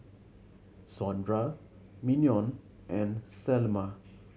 Sondra Mignon and Selma